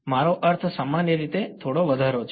મારો અર્થ સામાન્ય રીતે થોડો વધારે છે